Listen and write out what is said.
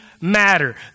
matter